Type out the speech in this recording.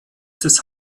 des